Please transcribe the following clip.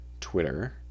twitter